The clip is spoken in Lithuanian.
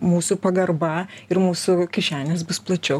mūsų pagarba ir mūsų kišenės bus plačiau